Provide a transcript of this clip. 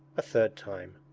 a third time.